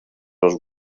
els